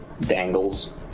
dangles